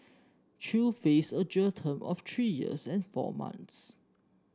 chew face a jail term of three years and four months